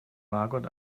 margot